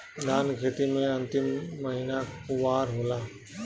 धान के खेती मे अन्तिम महीना कुवार होला?